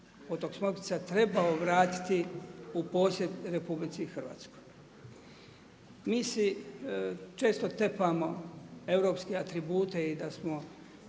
otok Smokvica trebao vratiti u posjed RH. Mi si često tepamo europske atribute i da smo